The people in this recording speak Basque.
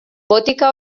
botika